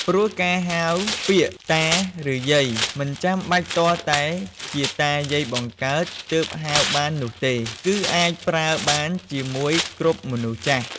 ព្រោះការហៅពាក្យ "តា ឬយាយ" មិនចាំបាច់ទាល់តែជាតាយាយបង្កើតទើបហៅបាននោះទេ គឺអាចប្រើបានជាមួយគ្រប់មនុស្សចាស់។